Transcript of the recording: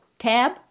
tab